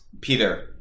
Peter